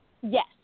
Yes